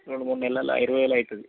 రెండు మూడు నెలలలో ఇరవై వేలు అవుతుంది